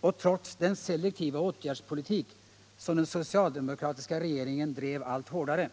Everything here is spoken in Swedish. och trots den selektiva åtgärdspolitik som den socialdemokratiska regeringen drev allt hårdare.